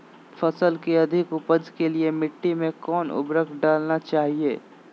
फसल के अधिक उपज के लिए मिट्टी मे कौन उर्वरक डलना चाइए?